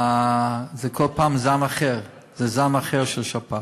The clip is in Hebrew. כל פעם זה זן אחר של שפעת.